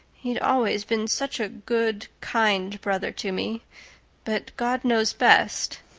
he'd always been such a good, kind brother to me but god knows best.